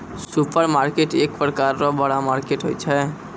supermarket एक प्रकार रो बड़ा मार्केट होय छै